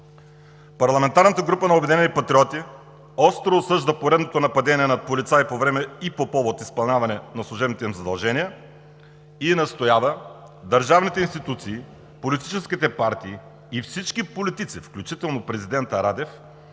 Парламентарната група на „Обединени патриоти“ остро осъжда поредното нападение на полицаи по време и по повод изпълняване на служебните им задължения и настоява държавните институции, политическите партии и всички политици, включително президента Радев,